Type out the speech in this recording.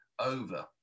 over